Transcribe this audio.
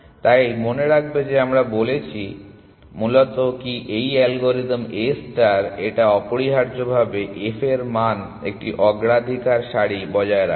তাই মনে রাখবে যে আমরা বলেছি যে মূলত কি এই অ্যালগরিদম A ষ্টার এটা অপরিহার্যভাবে f এর মান একটি অগ্রাধিকার সারি বজায় রাখে